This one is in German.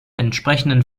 entsprechenden